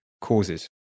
causes